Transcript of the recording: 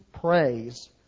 praise